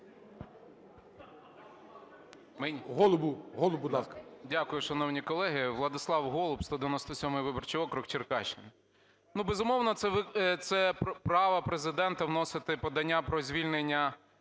ГОЛУБ В.В. Дякую, шановні колеги. Владислав Голуб, 197 виборчий округ, Черкащина. Ну, безумовно, це право Президента – вносити подання про звільнення